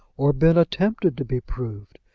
or been attempted to be proved.